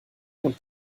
und